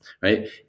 right